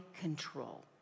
control